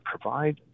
provide